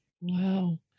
Wow